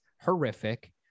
horrific